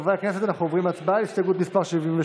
אנחנו נוסיף את קולו של חבר הכנסת מיקי לוי,